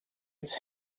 its